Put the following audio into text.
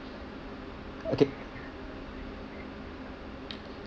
okay